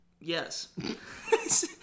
yes